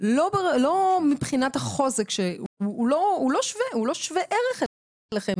לא מבחינת החוזק, הוא לא שווה ערך אליכם.